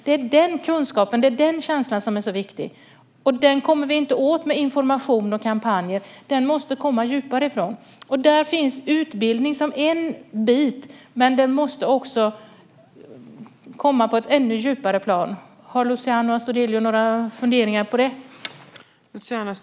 Det är den kunskapen, den känslan, som är så viktig. Den kommer vi inte åt med information och kampanjer. Den måste komma djupare ifrån. Där finns utbildning som en bit, men den måste också komma på ett ännu djupare plan. Har Luciano Astudillo några funderingar på det?